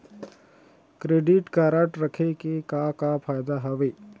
Credit card रखे के का का फायदा हवे?